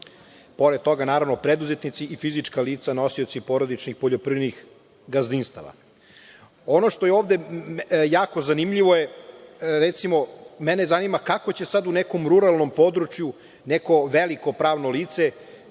pored toga, naravno, preduzetnici i fizička lica nosioci porodičnih poljoprivrednih gazdinstava. Ono što je ovde jako zanimljivo, recimo, mene zanima kako će sad u nekom ruralnom području neko veliko pravno lice